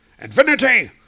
Infinity